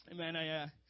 Amen